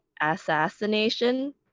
assassination